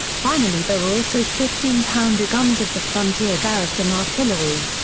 finally there were also fifteen pounder guns of the frontier garrison artillery.